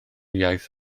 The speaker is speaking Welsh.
iaith